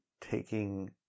taking